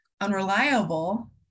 unreliable